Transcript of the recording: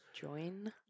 join